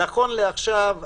נכון לעכשיו,